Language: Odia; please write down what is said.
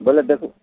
ବୋଇଲେ ଦେଖ